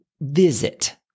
visit